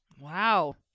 Wow